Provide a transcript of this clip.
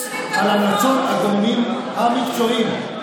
על המלצות הגורמים המקצועיים.